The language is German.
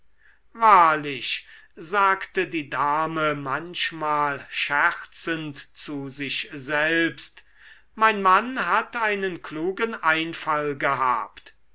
wahrlich sagte die dame manchmal scherzend zu sich selbst mein mann hat einen klugen einfall gehabt